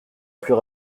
plus